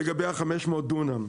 לגבי ה-500 דונם: